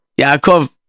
Yaakov